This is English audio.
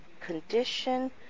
condition